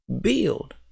build